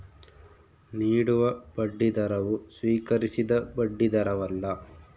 ನೀಡುವ ಬಡ್ಡಿದರವು ಸ್ವೀಕರಿಸಿದ ಬಡ್ಡಿದರವಲ್ಲ